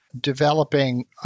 developing